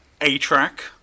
A-Track